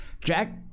Jack